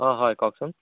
অঁ হয় কওকচোন